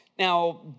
Now